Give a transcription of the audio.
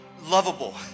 lovable